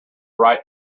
right